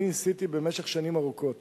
אני ניסיתי במשך שנים ארוכות